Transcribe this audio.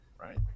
right